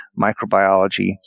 microbiology